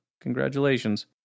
congratulations